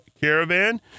caravan